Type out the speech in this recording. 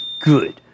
good